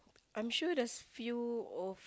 I'm sure there's few of